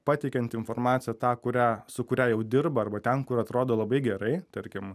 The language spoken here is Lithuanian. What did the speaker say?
pateikiant informaciją tą kurią su kuria jau dirba arba ten kur atrodo labai gerai tarkim